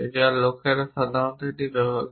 যা লোকেরা সাধারণত এটি ব্যবহার করে